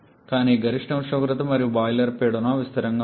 కానీ గరిష్ట ఉష్ణోగ్రత మరియు బాయిలర్ పీడనం అవి స్థిరంగా ఉంటాయి